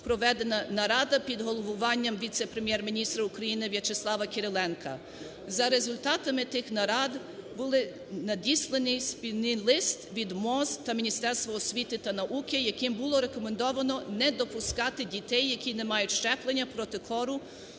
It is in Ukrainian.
проведена нарада під головуванням Віце-прем'єр-міністра України В'ячеслава Кириленка. За результатами тих нарад був надісланий спільний лист від МОЗ та Міністерства освіти та науки, яким було рекомендовано не допускати дітей, які не мають щеплення проти кору,